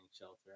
shelter